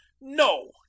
no